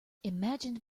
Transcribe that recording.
imagined